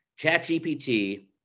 ChatGPT